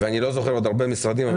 היו עוד הרבה משרדים שקיבלו עוד כסף.